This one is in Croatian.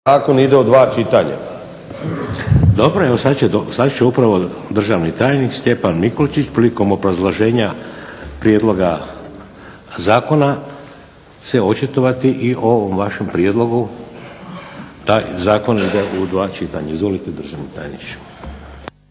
Vladimir (HDZ)** Dobro. Evo sad će upravo državni tajnik Stjepan Mikolčić prilikom obrazloženja prijedloga zakona se očitovati i o vašem prijedlogu da zakon ide u dva čitanja. Izvolite državni tajniče.